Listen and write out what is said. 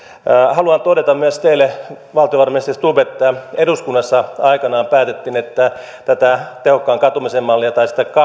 haluan myös todeta teille valtiovarainministeri stubb että eduskunnassa aikanaan päätettiin että tehokkaan katumisen mallia tai